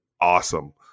awesome